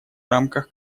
рамках